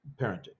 parenting